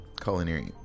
culinary